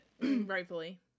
Rightfully